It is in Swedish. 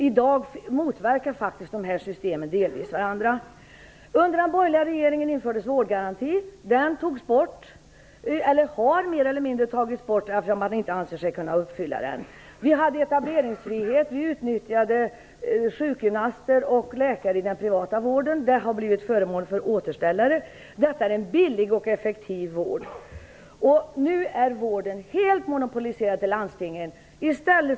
I dag motverkar faktiskt dessa system delvis varandra. Under den borgerliga regeringen infördes vårdgarantin. Den har mer eller mindre tagits bort eftersom man inte anser sig kunna uppfylla den. Vi hade etableringsfrihet. Vi utnyttjade sjukgymnaster och läkare i den privata vården. Detta har blivit föremål för s.k. återställare. Det här är en billig och effektiv vård. Nu är vården helt monopoliserad till landstingen.